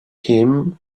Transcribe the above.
him